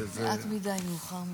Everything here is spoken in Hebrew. מעט מדי, מאוחר מדי.